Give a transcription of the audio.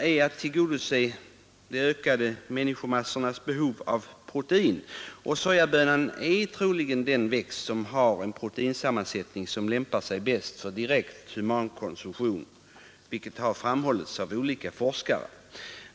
är att tillgodose de ökade människomassornas behov av protein. Sojabönan är troligen den växt som har en proteinsammansättning som lämpar sig bäst för direkt humankonsumtion, vilket har framhållits av olika forskare.